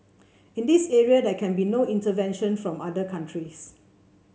and in this area there can be no intervention from other countries